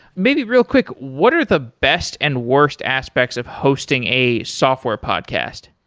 maybe real quick, what are the best and worst aspects of hosting a software podcast?